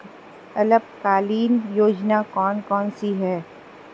अल्पकालीन योजनाएं कौन कौन सी हैं?